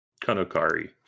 Kanokari